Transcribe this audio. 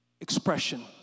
expression